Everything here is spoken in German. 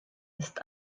ist